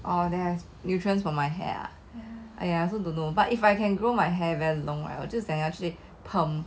oh there's nutrients for my hair ah !aiya! I also don't know but if I can grow my hair very long I will just 想要去 perm